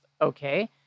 okay